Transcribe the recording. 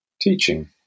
teaching